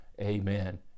Amen